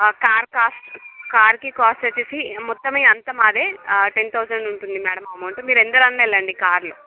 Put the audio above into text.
car cost కార్కి cost వచ్చేసి మొత్తం అంత మాదే టెన్ థౌసండ్ ఉంటుంది మేడం అమౌంట్ మీరు ఎందరు వెళ్ళండి కార్ లో